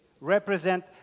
represent